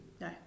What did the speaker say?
no